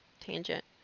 tangent